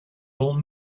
all